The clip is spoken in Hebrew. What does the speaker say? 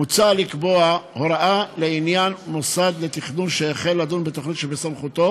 מוצע לקבוע הוראה לעניין מוסד תכנון שהחל לדון בתוכנית שבסמכותו